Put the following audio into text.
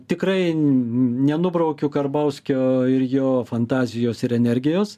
tikrai nenubraukiu karbauskio ir jo fantazijos ir energijos